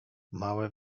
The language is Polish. małe